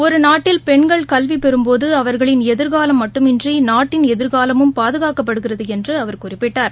ஒரு நாட்டில் பெண்கள் கல்வி பெறும்போது அவர்களின் எதிர்காலம் மட்டுமன்றி நாட்டின் எதிர்காலமும் பாதுகாக்கப்படுகிறது என்று அவர் குறிப்பிட்டார்